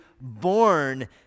born